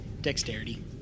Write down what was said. Dexterity